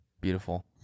beautiful